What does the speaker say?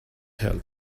help